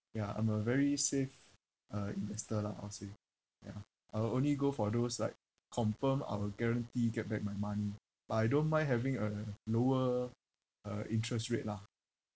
ya I'm a very safe uh investor lah I'll say ya I will only go for those like confirm I'll guarantee get back my money but I don't mind having a lower uh interest rate lah